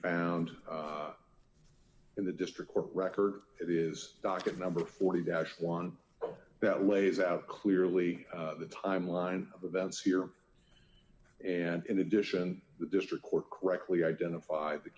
found in the district court record it is docket number forty dash one that lays out clearly the timeline of events here and in addition the district court correctly identified the